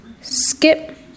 skip